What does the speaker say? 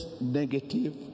negative